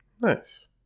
Nice